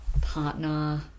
partner